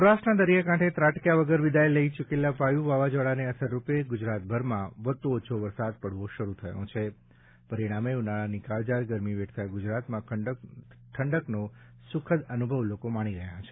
સૌરાષ્ટ્રના દરિયાકાંઠે ત્રાટક્યા વગર વિદાય લઈ ચૂકેલા વાયુ વાવાઝોડાની અસરરૂપે ગુજરાતભરમાં વધતો ઓછો વરસાદ પડવો શરૂ થયો છે પરિણામે ઉનાળાની કાળઝાળ ગરમી વેઠતા ગુજરાતમાં ઠંડકનો સુખદ અનુભવ લોકો માણી રહ્યાં છે